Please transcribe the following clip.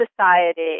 society